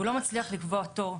והוא לא מצליח לקבוע תור,